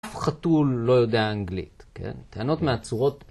חתול לא יודע אנגלית, כן? טענות מהצורות